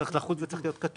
צריך לחול, זה צריך להיות כתוב